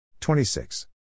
26